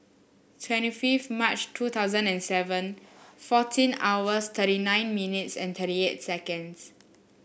twenty fifth March two thousand and seven fourteen hours thirty nine minutes and thirty eight seconds